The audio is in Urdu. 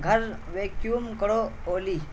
گھر ویکیوم کرو اولی